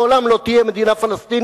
לעולם לא תהיה מדינה פלסטינית.